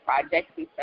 projects